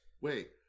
Wait